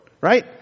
right